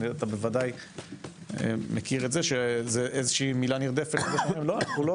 אתה ודאי מכיר את זה, שסה מילה נרדפת אנחנו לא